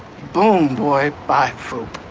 boom, boy, bye, foop.